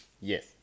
yes